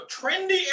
trendy